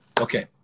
Okay